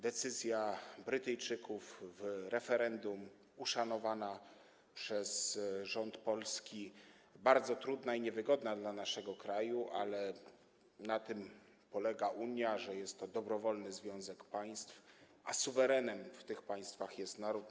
Decyzja Brytyjczyków w referendum, uszanowana przez rząd polski, jest bardzo trudna i niewygodna dla naszego kraju, ale na tym polega Unia, że jest to dobrowolny związek państw, a suwerenem w tych państwach jest naród.